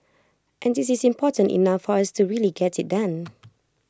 and this is important enough for us to really get IT done